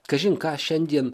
kažin ką šiandien